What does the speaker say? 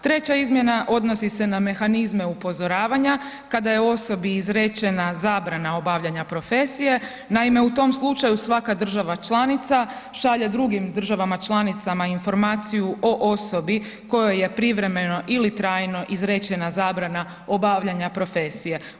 Treća izmjena odnosi se na mehanizme upozoravanja kada je osobi izrečena zabrana obavljanja profesije, naime, u tom slučaju svaka država članica šalje drugim državama članicama informaciju o osobi kojoj je privremeno ili trajno izrečena zabrana obavljanja profesije.